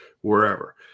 wherever